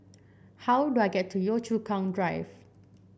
how do I get to Yio Chu Kang Drive